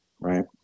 right